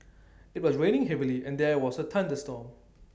IT was raining heavily and there was A thunderstorm